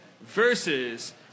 Versus